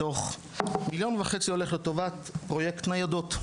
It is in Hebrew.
מתוך 1.5 מיליון הולך לטובת פרויקט ניידות.